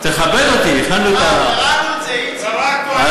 תכבד אותי, הכנו את, קראנו את זה, איציק.